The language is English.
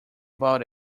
about